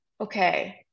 okay